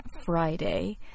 Friday